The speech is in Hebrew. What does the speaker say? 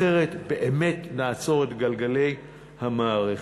אחרת באמת נעצור את גלגלי המערכת.